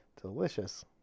Delicious